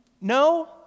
No